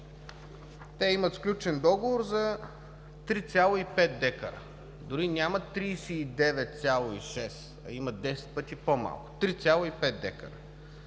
те имат сключен договор за 3,5 декара, дори нямат 39,6 декара, а имат десет пъти по-малко! 3,5 декара!